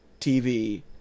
TV